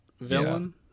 villain